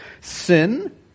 sin